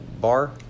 bar